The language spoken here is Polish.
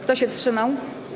Kto się wstrzymał?